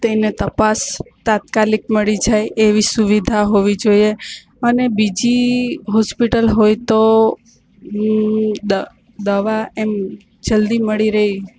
તેને તપાસ તાત્કાલિક મળી જાય એવી સુવિધા હોવી જોઈએ અને બીજી હોસ્પિટલ હોય તો હું દવા એમ જલ્દી મળી રહે